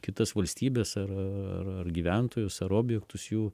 kitas valstybes ar ar gyventojus ar objektus jų